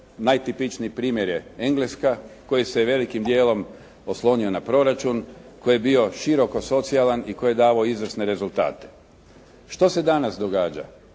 najtipičniji primjer je Engleska koji se velikim dijelom oslonio na proračun koji je bio široko socijalan i koji je davao izvrsne rezultate. Što se danas događa?